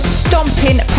stomping